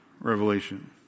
revelation